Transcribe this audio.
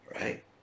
right